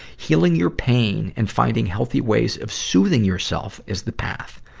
healing your pain and finding healthy ways of soothing yourself is the path.